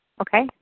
Okay